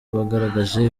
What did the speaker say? bagaragaje